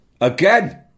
Again